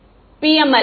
மாணவர் PML